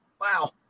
Wow